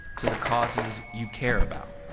to the causes you care about.